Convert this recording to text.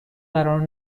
قرار